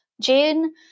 june